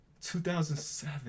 2007